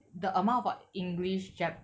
the amount about english jap